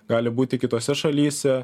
gali būti kitose šalyse